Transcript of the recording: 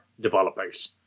developers